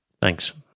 Thanks